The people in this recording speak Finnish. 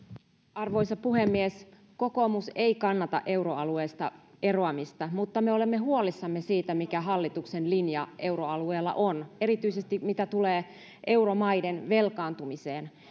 arvoisa puhemies kokoomus ei kannata euroalueesta eroamista mutta me olemme huolissamme siitä mikä hallituksen linja euroalueella on erityisesti mitä tulee euromaiden velkaantumiseen